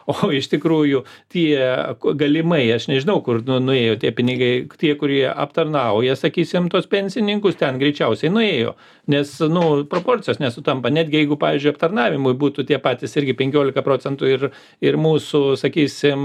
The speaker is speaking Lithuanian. o iš tikrųjų tie galimai aš nežinau kur nuėjo tie pinigai tie kurie aptarnauja sakysim tuos pensininkus ten greičiausiai nuėjo nes nu proporcijos nesutampa netgi jeigu pavyzdžiui aptarnavimui būtų tie patys irgi penkiolika procentų ir ir mūsų sakysim